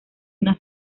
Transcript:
una